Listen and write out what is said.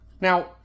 Now